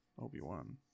Obi-Wan